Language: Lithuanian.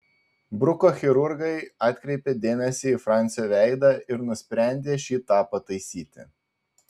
bruko chirurgai atkreipė dėmesį į fransio veidą ir nusprendė šį tą pataisyti